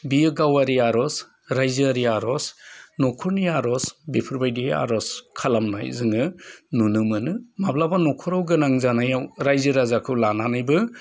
बियो गावारि आर'ज रायजोयारि आर'ज नखरनि आर'ज बेफोरबायदि आर'ज खालामनाय जोङो नुनो मोनो माब्लाबा नखराव गोनां जानायाव रायजो राजाखौ लानानैबो